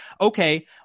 okay